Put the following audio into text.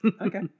Okay